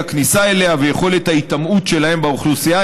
הכניסה אליה ויכולת ההיטמעות שלהם באוכלוסייה,